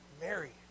Mary